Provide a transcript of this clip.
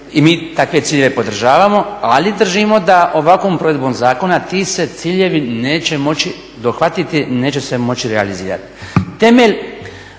i mi takve ciljeve podržavamo. Ali držimo da ovakvom provedbom zakona ti se ciljevi neće moći dohvatiti, neće se moći realizirati. Temelj